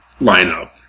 lineup